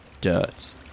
dirt